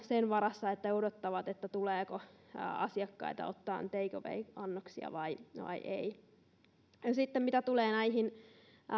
sen varassa että odottavat tuleeko asiakkaita ottamaan take away annoksia vai vai ei sitten mitä tulee näihin